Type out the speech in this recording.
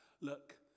Look